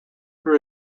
there